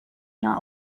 not